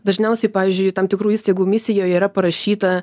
dažniausiai pavyzdžiui tam tikrų įstaigų misijoj yra parašyta